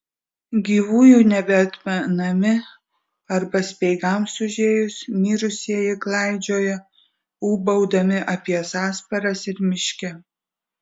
gyvųjų nebeatmenami arba speigams užėjus mirusieji klaidžioja ūbaudami apie sąsparas ir miške